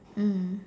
mm